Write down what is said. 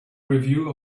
review